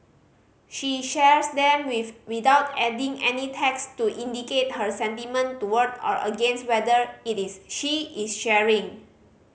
she shares them with without adding any text to indicate her sentiment toward or against whether it is she is sharing